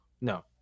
no